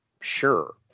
sure